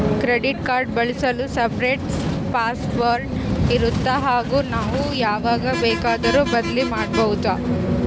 Credit card ಬಳಸಲು separate password ಇರುತ್ತಾ ಹಾಗೂ ನಾವು ಯಾವಾಗ ಬೇಕಾದರೂ ಬದಲಿ ಮಾಡಬಹುದಾ?